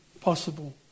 possible